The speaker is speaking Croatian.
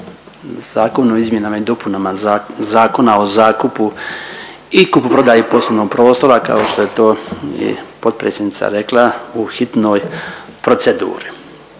Zakon o izmjenama i dopunama Zakona o zakupu i kupoprodaji poslovnoga prostora kao što je to i potpredsjednica rekla u hitnoj proceduru.